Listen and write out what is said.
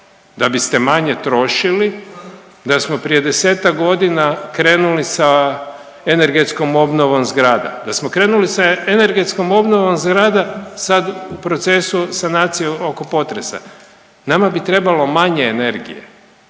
da biste manje trošili, da smo prije 10-tak godina krenuli sa energetskom obnovom zgrada, da smo krenuli sa energetskom obnovom zgrada sad u procesu sanacije oko potresa nama bi trebalo manje energije.